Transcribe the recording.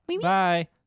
bye